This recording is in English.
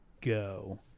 go